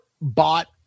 Bought